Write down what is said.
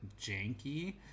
janky